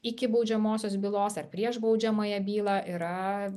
iki baudžiamosios bylos ar prieš baudžiamąją bylą yra